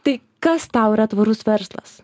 tai kas tau yra tvarus verslas